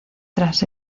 tras